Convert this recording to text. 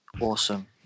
Awesome